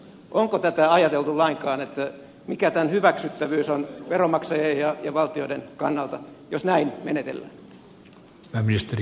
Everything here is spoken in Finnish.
onko ajateltu lainkaan mikä tämän hyväksyttävyys on veronmaksajien ja valtioiden kannalta jos näin menetellään